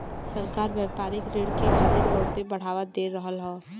सरकार व्यापारिक ऋण के खातिर बहुत बढ़ावा दे रहल हौ